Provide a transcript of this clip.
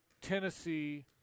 Tennessee